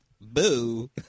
Boo